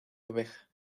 oveja